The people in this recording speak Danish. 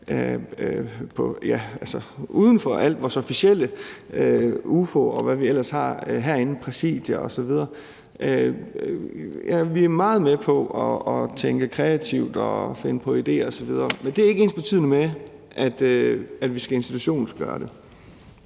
uden for alt det officielle, vi har herinde, Udvalget for Forretningsordenen, Præsidiet osv. Vi er meget med på at tænke kreativt og finde på idéer osv., men det er ikke ensbetydende med, at vi skal institutionalisere det.